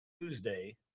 Tuesday